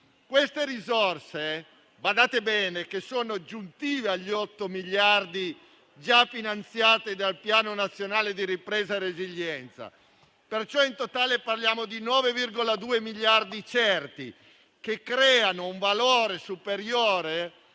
Queste risorse - badate bene - sono aggiuntive rispetto agli 8 miliardi di euro già previsti dal Piano nazionale di ripresa e resilienza. Pertanto, in totale parliamo di 9,2 miliardi certi, che creano un valore superiore